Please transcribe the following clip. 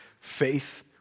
faith